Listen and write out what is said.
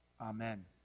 Amen